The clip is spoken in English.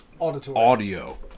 audio